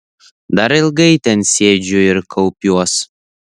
dar ilgai ten sėdžiu ir kaupiuos